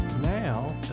Now